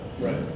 Right